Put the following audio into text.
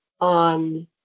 on